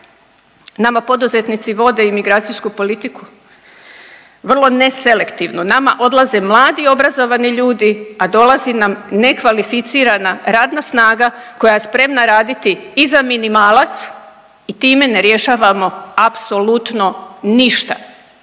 nama poduzetnici vode i migracijsku politiku, vrlo neselektivno. Nama odlaze mladi obrazovani ljudi, a dolazi nam nekvalificirana radna snaga koja je spremna raditi i za minimalac i time ne rješavamo apsolutno ništa